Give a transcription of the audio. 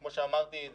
כמו שאמרתי,